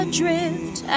Adrift